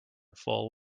full